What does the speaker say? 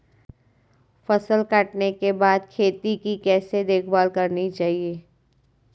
फसल काटने के बाद खेत की कैसे देखभाल करनी चाहिए?